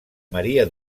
maria